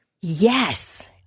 Yes